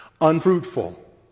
Unfruitful